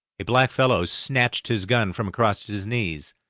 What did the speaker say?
a blackfellow snatched his gun from across his knees,